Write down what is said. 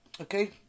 Okay